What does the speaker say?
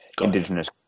indigenous